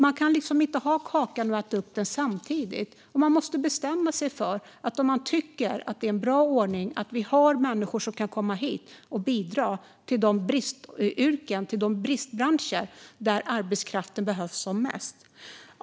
Man kan liksom inte både äta kakan och ha den kvar, utan man måste bestämma sig för om man tycker att det är en bra ordning att vi har människor som kan komma hit och bidra i de bristbranscher där arbetskraften behövs som mest.